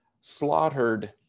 slaughtered